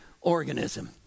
organism